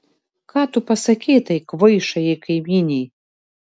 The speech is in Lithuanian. ką tu pasakei tai kvaišajai kaimynei